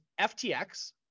FTX